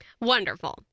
Wonderful